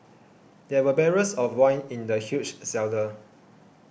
there were barrels of wine in the huge cellar